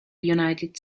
united